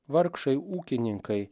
vargšai ūkininkai